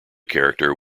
character